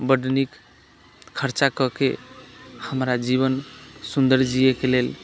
बड्ड नीक खर्चा कऽ के हमरा जीवन सुन्दर जियैके लेल